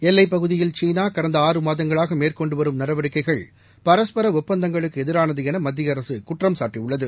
எல்லைப் பகுதியில் சீனா கடந்த ஆறு மாதங்களாக மேற்கொண்டு வரும் நடவடிக்கைகள் பரஸ்பர ஒப்பந்தங்களுக்கு எதிரானது என மத்திய அரசு குற்றம்சாட்டியுள்ளது